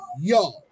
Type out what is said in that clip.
yo